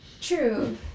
True